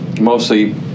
mostly